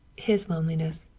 his loneliness,